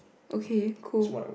okay cool